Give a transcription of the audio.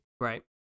Right